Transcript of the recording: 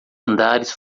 andares